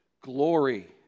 glory